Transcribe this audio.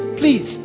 please